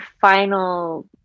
final